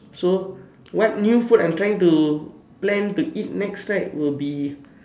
so what new food I'm trying to plan to eat next right will be